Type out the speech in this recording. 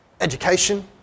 education